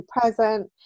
present